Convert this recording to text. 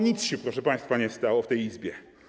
Nic się, proszę państwa, nie stało w tej Izbie.